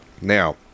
Now